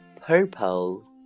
purple